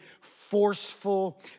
forceful